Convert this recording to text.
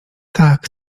tak